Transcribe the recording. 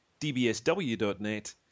dbsw.net